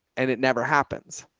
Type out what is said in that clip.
and it never happens.